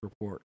report